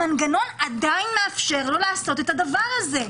המנגנון עדיין מאפשר לו לעשות את הדבר הזה.